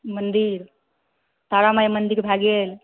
मन्दिर तारा माइ मन्दिर भए गेल